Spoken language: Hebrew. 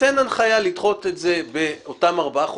תן הנחיה לדחות את זה באותם ארבעה חודשים,